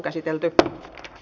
asian käsittely päättyi